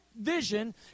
vision